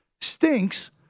stinks